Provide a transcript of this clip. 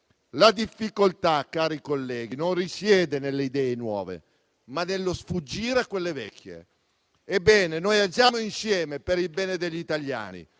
La difficoltà, cari colleghi, non risiede nelle idee nuove, ma nello sfuggire a quelle vecchie. Ebbene, agiamo insieme per il bene degli italiani.